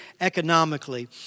economically